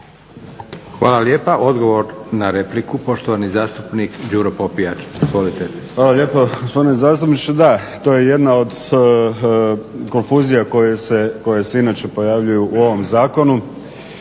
Hvala lijepa. Odgovor na repliku, poštovani zastupnik Đuro Popijač. Izvolite. **Popijač, Đuro (HDZ)** Hvala lijepo gospodine zastupniče. Da, to je jedna od konfuzija koje se inače pojavljuju u ovom zakonu.